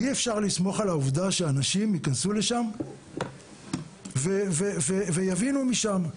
אי אפשר לסמוך על העובדה שאנשים ייכנסו לשם ויבינו משם.